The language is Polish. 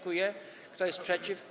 Kto jest przeciw?